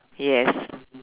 yes